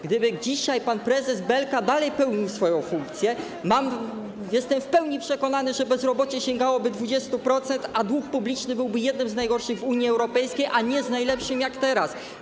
Gdyby dzisiaj pan prezes Belka dalej pełnił swoją funkcję, jestem w pełni przekonany, że bezrobocie sięgałoby 20%, a dług publiczny byłby jednym z najgorszych w Unii Europejskiej, a nie najlepszym, jak teraz.